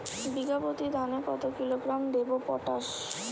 বিঘাপ্রতি ধানে কত কিলোগ্রাম পটাশ দেবো?